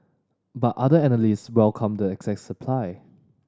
but other analysts welcomed the excess supply